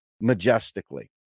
majestically